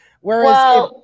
Whereas